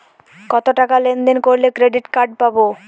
কতটাকা লেনদেন করলে ক্রেডিট কার্ড পাব?